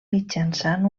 mitjançant